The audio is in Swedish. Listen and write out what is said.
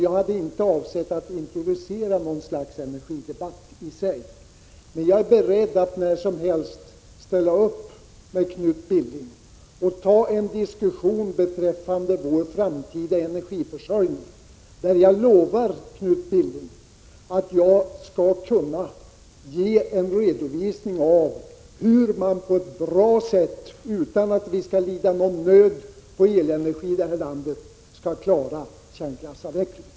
Jag hade inte för avsikt att introducera en energidebatt i sig, men jag är beredd att när som helst ställa upp i en diskussion med Knut Billing beträffande den framtida energiförsörjningen, och jag lovar att ge en redovisning av hur kärnkraften kan avvecklas på ett bra sätt, utan att vi i detta land skall lida någon brist på elenergi.